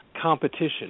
competition